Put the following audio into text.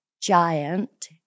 giant